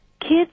kids